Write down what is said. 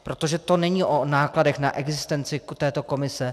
Protože to není o nákladech na existenci této komise.